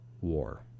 war